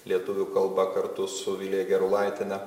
lietuvių kalba kartu su vilija gerulaitiene